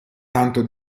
tanto